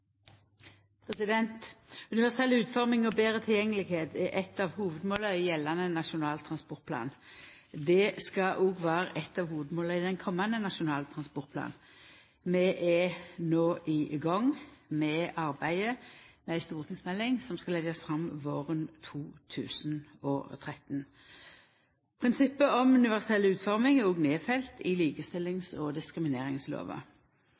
økonomi. Universell utforming og betre tilgjenge er eit av hovudmåla i gjeldande Nasjonal transportplan. Det skal òg vera eit av hovudmåla i komande Nasjonal transportplan. Vi er no i gang med arbeidet med ei stortingsmelding som skal leggjast fram våren 2013. Prinsippet om universell utforming er òg nedfelt i